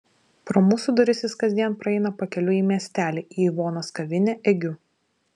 pro mūsų duris jis kasdien praeina pakeliui į miestelį į ivonos kavinę egiu